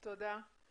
תודה.